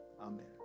Amen